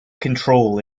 control